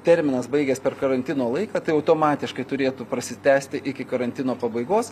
terminas baigės per karantino laiką tai automatiškai turėtų prasitęsti iki karantino pabaigos